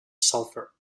sulfur